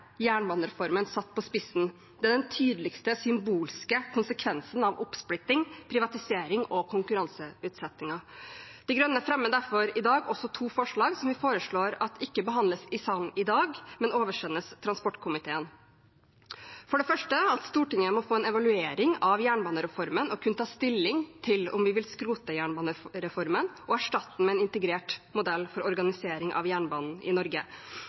jernbanereformen satt på spissen; det er den tydeligste symbolske konsekvensen av oppsplitting, privatisering og konkurranseutsetting. De Grønne fremmer derfor i dag også to forslag som vi ønsker oversendt transportkomiteen. Vi foreslår at Stortinget må få en evaluering av jernbanereformen og kunne ta stilling til om vi vil skrote jernbanereformen og erstatte den med en integrert modell for organisering av jernbanen i Norge.